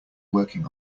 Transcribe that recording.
working